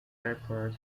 airport